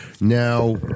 Now